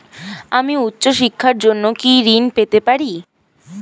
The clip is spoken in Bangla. আমি উচ্চশিক্ষার জন্য কি ঋণ পেতে পারি?